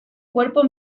cuerpo